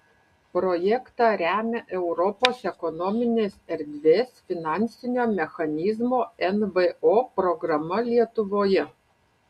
projektą remia europos ekonominės erdvės finansinio mechanizmo nvo programa lietuvoje